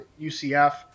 UCF